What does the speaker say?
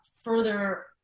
further